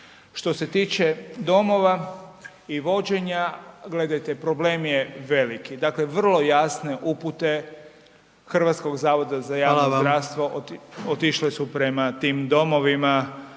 Što se tiče domova i vođenja, gledajte problem je veliki. Dakle vrlo jasne upute HZJZ-a otišle su prema tim domovima,